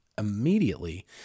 immediately